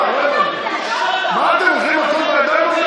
מה, אתם הולכים מכות עם הידיים?